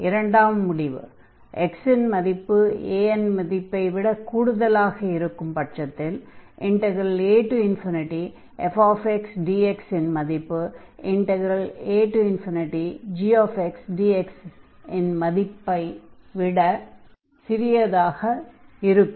இரண்டாம் முடிவு x இன் மதிப்பு a இன் மதிப்பை விட கூடுதலாக இருக்கும் பட்சத்தில் afxdx இன் மதிப்பு agxdx -இன் மதிப்பை விட சிறியதாக இருக்கும்